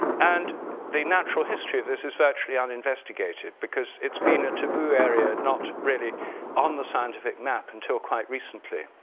and the natural history, this is virtually uninvestigated because it's been a taboo area not really on the scientific map until quite recently.